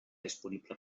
disponible